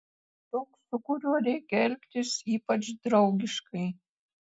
toks su kuriuo reikia elgtis ypač draugiškai